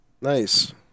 Nice